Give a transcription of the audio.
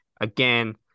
again